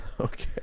Okay